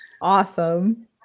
Awesome